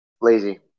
Lazy